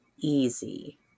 easy